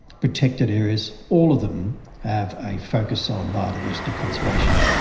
protected areas, all of them have a focus on biodiversity conservation.